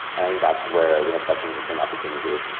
i think that's where we have such an interesting opportunity,